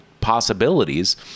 possibilities